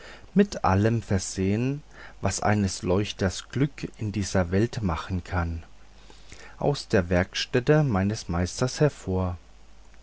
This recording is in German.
mit allem versehen was eines leuchters glück in dieser welt machen kann aus der werkstätte meines meisters hervor